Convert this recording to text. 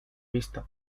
vista